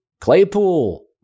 Claypool